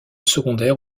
secondaire